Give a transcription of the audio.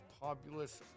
populous